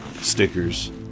stickers